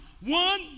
One